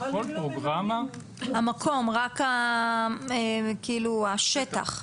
המקום רק כאילו השטח.